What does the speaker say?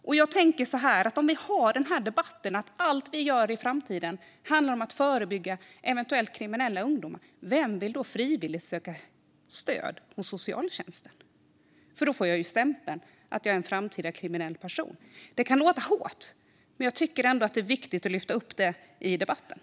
Om vi har den här debatten och det låter som att allt vi gör handlar om att förebygga eventuell framtida kriminalitet bland ungdomar - vem vill då frivilligt söka stöd hos socialtjänsten? Då får man ju stämpeln att man är en framtida kriminell person. Det kan låta hårt, men jag tycker ändå att det är viktigt att lyfta upp detta i debatten.